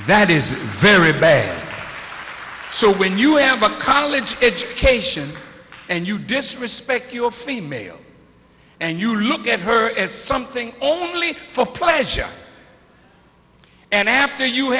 that is very bad so when you have a college education and you disrespect your female and you look at her as something only for pleasure and after you